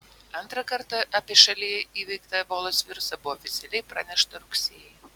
antrą kartą apie šalyje įveiktą ebolos virusą buvo oficialiai pranešta rugsėjį